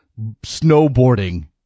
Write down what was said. snowboarding